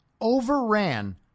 overran